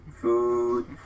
food